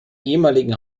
ehemaligen